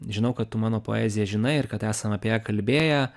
žinau kad tu mano poeziją žinai ir kad esam apie ją kalbėję